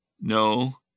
No